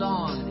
on